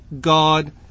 God